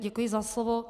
Děkuji za slovo.